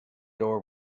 door